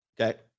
Okay